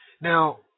Now